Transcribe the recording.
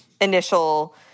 initial